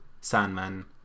sandman